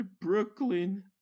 Brooklyn